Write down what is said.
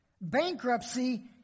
Bankruptcy